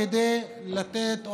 כדי לתת,